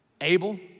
Abel